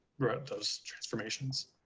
those transformations.